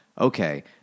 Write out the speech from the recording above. Okay